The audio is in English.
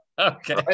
Okay